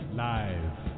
live